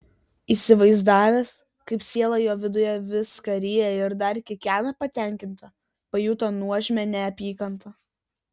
įsivaizdavęs kaip siela jo viduje viską ryja ir dar kikena patenkinta pajuto nuožmią neapykantą